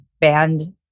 band